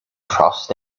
trust